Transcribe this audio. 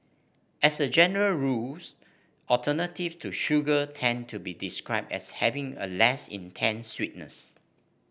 as a general rules alternative to sugar tend to be described as having a less intense sweetness